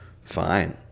fine